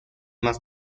más